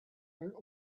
silver